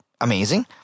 amazing